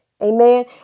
Amen